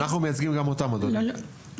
אנחנו מייצגים גם אותם, אדוני.